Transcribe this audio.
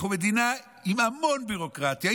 אנחנו מדינה עם המון ביורוקרטיה,